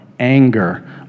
anger